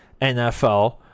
nfl